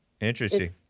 Interesting